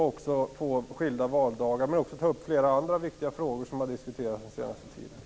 Det skulle gälla skilda valdagar, men man skulle också kunna ta upp flera andra viktiga frågor som har diskuterats den senaste tiden.